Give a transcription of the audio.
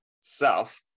self